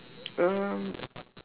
um